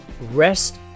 Rest